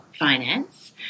Finance